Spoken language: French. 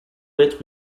être